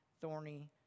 thorny